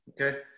Okay